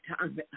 time